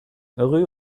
rue